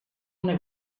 una